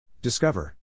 Discover